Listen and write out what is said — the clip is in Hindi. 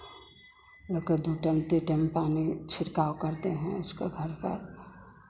लोग को दो टाइम तीन टाइम पानी छिड़काव करते हैं उसके घर पर